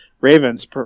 Ravens